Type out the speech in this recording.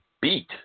beat